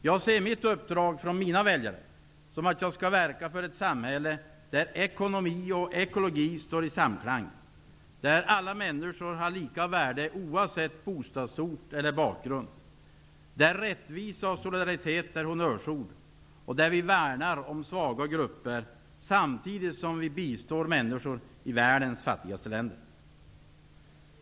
Jag ser mitt uppdrag från mina väljare som att jag skall verka för ett samhälle där ekonomi och ekologi står i samklang, där alla människor har lika värde oavsett bostadsort eller bakgrund, där rättvisa och solidaritet är honnörsord, och där vi värnar om svaga grupper samtidigt som vi bistår människor i världens fattigaste länder.